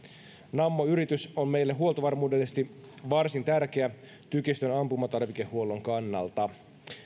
nammo yritys on meille huoltovarmuudellisesti varsin tärkeä tykistön ampumatarvikehuollon kannalta